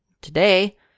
Today